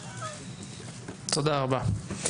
תודה רבה.